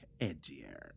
edgier